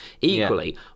Equally